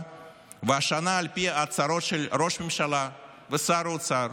והשנה, על פי ההצהרות של ראש הממשלה ושר האוצר,